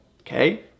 okay